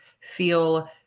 feel